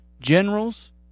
generals